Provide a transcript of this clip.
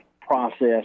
process